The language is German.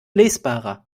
lesbarer